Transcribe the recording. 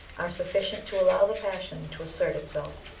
are sufficient to allow the passion to assert itself.